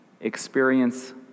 experience